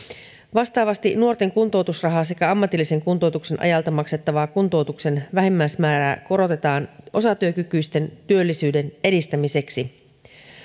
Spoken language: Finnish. vastaavasti nuorten kuntoutusrahaa sekä ammatillisen kuntoutuksen ajalta maksettavaa kuntoutuksen vähimmäismäärää korotetaan osatyökykyisten työllisyyden edistämiseksi